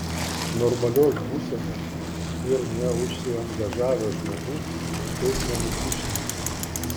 normalios būsenos ir neužsiangažavęs žmogus taip nenusišneka